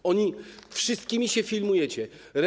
Z wszystkimi się filmujecie.